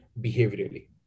behaviorally